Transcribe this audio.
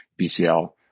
BCL